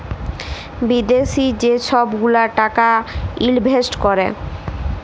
বিদ্যাশি যে ছব গুলা টাকা ইলভেস্ট ক্যরে